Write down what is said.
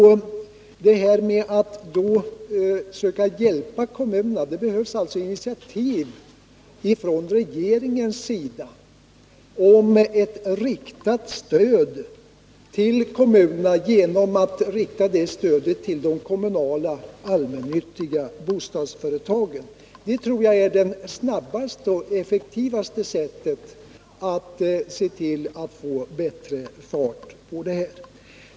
För att kommunerna skall få hjälp krävs det initiativ från regeringens sida till ett riktat stöd till de kommunala allmännyttiga bostadsföretagen. Det tror jag är det snabbaste och effektivaste sättet för att få bättre fart på byggandet.